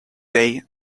day